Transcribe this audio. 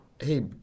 hey